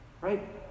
Right